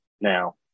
now